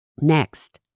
Next